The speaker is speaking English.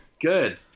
Good